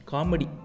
Comedy